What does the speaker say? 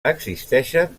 existeixen